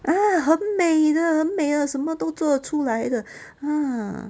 ah 很美的很美的什么都做得出来的 ah